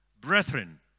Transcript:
Brethren